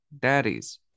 daddies